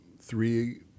three